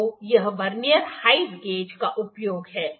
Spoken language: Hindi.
तो यह वर्नियर हाइट गेज का उपयोग है